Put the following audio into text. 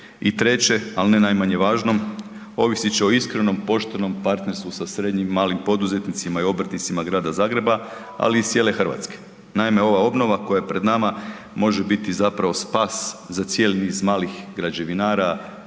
i treće, ali ne najmanje važnom, ovisit će o iskrenom poštenom partnerstvu sa srednjim i malim poduzetnicima i obrtnicima grada Zagreba, ali i cijele Hrvatske. Naime, ova obnova koja je pred nama može biti spas za cijeli niz malih građevinara,